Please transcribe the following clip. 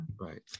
Right